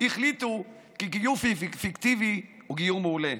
החליטו כי גיור פיקטיבי הוא גיור מעולה.